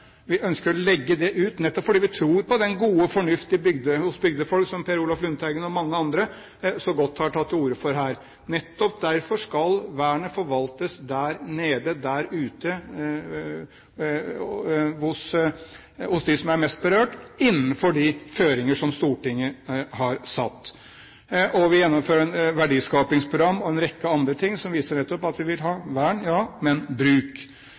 Vi ønsker å legge det ut, nettopp fordi vi tror på den gode fornuft hos bygdefolk, som Per Olaf Lundteigen og mange andre så godt har tatt til orde for her. Nettopp derfor skal vernet forvaltes der nede, der ute, hos dem som er mest berørt, innenfor de føringer som Stortinget har satt. Og vi gjennomfører verdiskapingsprogram og en rekke andre ting, som viser nettopp at vi vil ha vern, ja – men bruk.